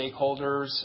stakeholders